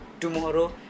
tomorrow